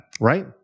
right